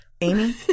amy